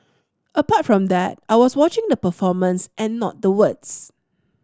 apart from that I was watching the performance and not the words